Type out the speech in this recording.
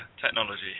technology